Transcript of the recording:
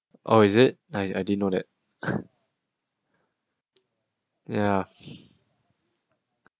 oh is it I I didn't know that ya